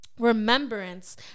Remembrance